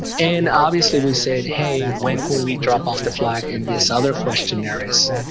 and obviously we said hey, when can we drop off the flag in this other question there is